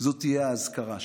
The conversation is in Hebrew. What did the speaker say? זאת תהיה האזכרה שלה.